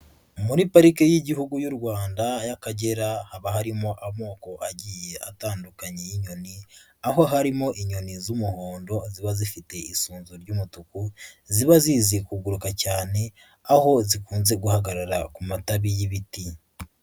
Muri pariki y'Igihugu y'u Rwanda y'Akagera, haba harimo amoko agiye atandukanye y'inyoni, aho harimo inyoni z'umuhondo ziba zifite isunzu ry'umutuku, ziba zizi kuguruka cyane, aho zikunze guhagarara ku matabi y'ibiti.